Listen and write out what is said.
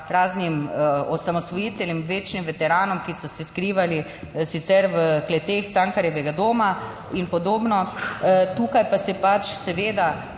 raznim osamosvojiteljem, večnim veteranom, ki so se skrivali sicer v kleteh Cankarjevega doma in podobno. Tukaj pa se pač seveda